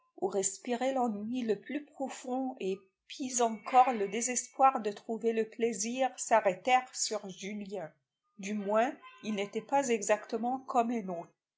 où respiraient l'ennui le plus profond et pis encore le désespoir de trouver le plaisir s'arrêtèrent sur julien du moins il n'était pas exactement comme un